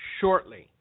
shortly